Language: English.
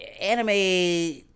anime